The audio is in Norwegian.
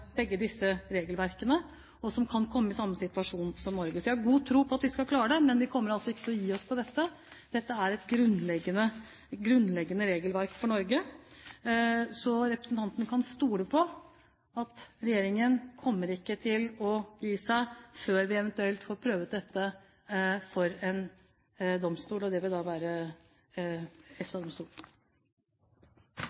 begge disse regelverkene, og som kan komme i samme situasjon som Norge. Jeg har god tro på at vi skal klare det, og vi kommer ikke til å gi oss på dette. Dette er et grunnleggende regelverk for Norge. Så representanten Gullvåg kan stole på at regjeringen ikke kommer til å gi seg før vi eventuelt får prøvd dette for en domstol. Det vil da være EFTA-domstolen. Først takk til interpellanten for å ta opp et